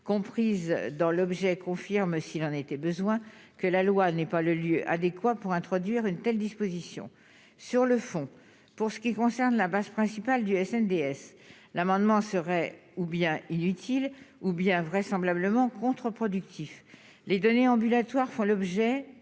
comprise dans l'objet confirme s'il en a été besoin que la loi n'est pas le lieu adéquat pour introduire une telle disposition sur le fond, pour ce qui concerne la base principale du FNDS l'amendement serait ou bien inutile ou bien vraisemblablement contreproductif les données ambulatoires font l'objet